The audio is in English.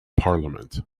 parliament